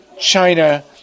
China